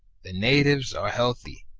the natives are healthy,